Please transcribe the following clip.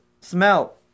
smell